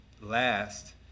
last